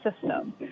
system